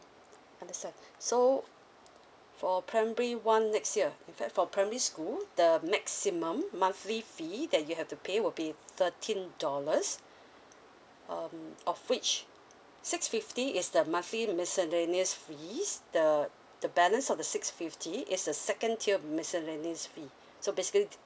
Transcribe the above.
understand so for primary one next year in fact for primary school the maximum monthly fee that you have to pay will be thirteen dollars um of which six fifty is the monthly miscellaneous fees the the balance of the six fifty is the second tier miscellaneous fees so basically